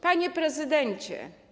Panie Prezydencie!